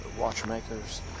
watchmakers